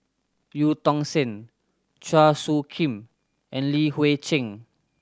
Eu Tong Sen Chua Soo Khim and Li Hui Cheng